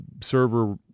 server